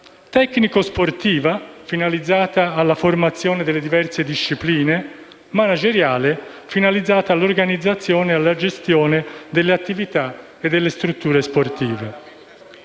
tecnico-sportiva, finalizzata alla formazione nelle diverse discipline; manageriale, finalizzata all'organizzazione e alla gestione delle attività e delle strutture sportive.